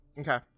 Okay